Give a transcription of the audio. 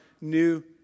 new